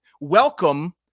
Welcome